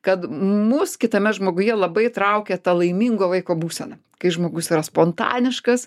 kad mus kitame žmoguje labai traukia ta laimingo vaiko būsena kai žmogus yra spontaniškas